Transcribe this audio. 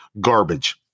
garbage